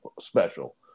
special